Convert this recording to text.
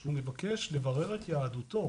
שהוא מבקש לברר את יהדותו,